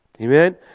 Amen